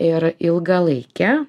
ir ilgalaikė